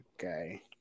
Okay